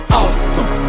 awesome